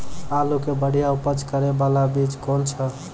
आलू के बढ़िया उपज करे बाला बीज कौन छ?